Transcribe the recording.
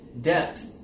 depth